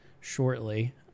shortly